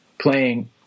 playing